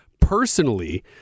Personally